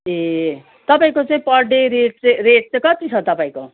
ए तपाईँको चाहिँ per day rate चाहिँ रेट चाहिँ कति छ तपाईँको